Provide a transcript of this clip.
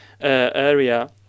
area